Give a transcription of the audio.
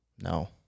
No